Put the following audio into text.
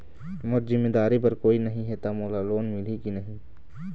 मोर जिम्मेदारी बर कोई नहीं हे त मोला लोन मिलही की नहीं?